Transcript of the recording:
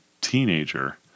teenager